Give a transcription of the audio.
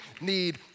need